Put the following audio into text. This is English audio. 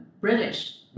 British